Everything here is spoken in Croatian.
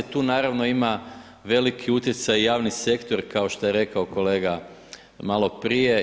Tu naravno ima veliki utjecaj javni sektor kao što je rekao kolega maloprije.